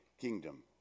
kingdom